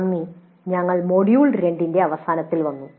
നന്ദി ഞങ്ങൾ മൊഡ്യൂൾ 2 ന്റെ അവസാനത്തിൽ വന്നു